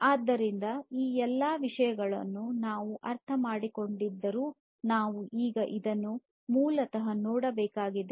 ಆದ್ದರಿಂದ ಈ ಎಲ್ಲಾ ವಿಷಯಗಳನ್ನು ನಾವು ಅರ್ಥಮಾಡಿಕೊಂಡಿದ್ದರೂ ನಾವು ಈಗ ಎಸ್ ಓವರ್ ಎಸ್ಡಿ ಸೂತ್ರವನ್ನು ಮೂಲತಃ ನೋಡಬೇಕಾಗಿದೆ